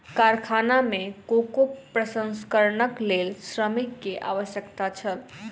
कारखाना में कोको प्रसंस्करणक लेल श्रमिक के आवश्यकता छल